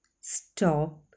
stop